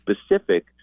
specific